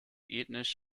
ethnisch